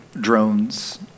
drones